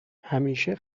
همیشه